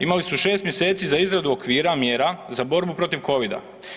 Imali su 6 mjeseci za izradu okvira mjera za borbu protiv Covida.